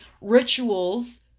rituals